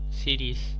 series